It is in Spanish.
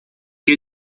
que